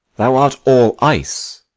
thou art all ice,